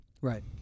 Right